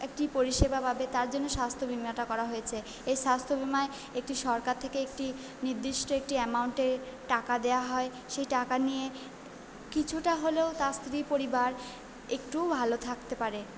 একটি পরিষেবা পাবে তার জন্য স্বাস্থ্যবিমাটা করা হয়েছে এই স্বাস্থ্যবিমায় একটি সরকার থেকে একটি নির্দিষ্ট একটি অ্যামাউন্টে টাকা দেওয়া হয় সেই টাকা নিয়ে কিছুটা হলেও তার স্ত্রী পরিবার একটু ভালো থাকতে পারে